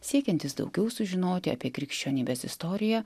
siekiantis daugiau sužinoti apie krikščionybės istoriją